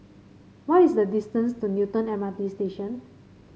what is the distance to Newton M R T Station